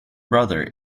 brother